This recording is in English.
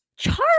Charles